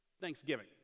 Thanksgiving